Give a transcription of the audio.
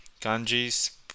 Ganges